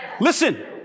Listen